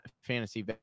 fantasy